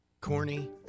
Corny